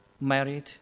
Married